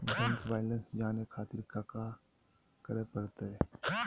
Bank balance जाने खातिर काका करे पड़तई?